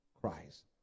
Christ